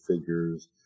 figures